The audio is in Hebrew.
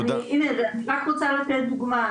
אני רק רוצה לתת דוגמא,